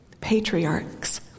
Patriarchs